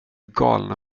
galna